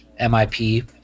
MIP